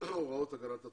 הוראות הגנת הצרכן.